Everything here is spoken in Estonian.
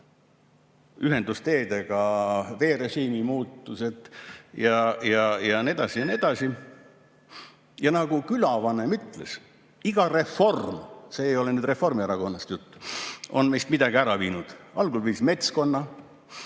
ühendusteedega veerežiimi muutused ja nii edasi, ja nii edasi. Nagu külavanem ütles, iga reform – nüüd ei ole Reformierakonnast juttu – on meilt midagi ära viinud. Algul viis metskonna,